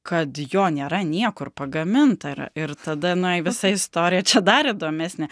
kad jo nėra niekur pagaminta ir tada nu jei visa istorija čia dar įdomesnė